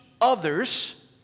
others